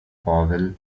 powell